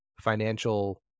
financial